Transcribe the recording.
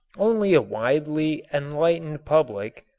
only a widely enlightened public,